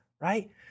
right